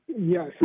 Yes